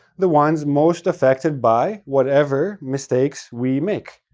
the ones most affected by whatever mistakes we make.